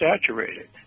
saturated